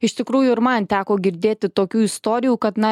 iš tikrųjų ir man teko girdėti tokių istorijų kad na